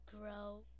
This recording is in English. grow